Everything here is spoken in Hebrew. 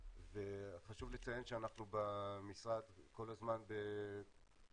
חשוב לציין שאנחנו במשרד כל הזמן בחיפוש,